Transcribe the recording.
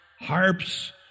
harps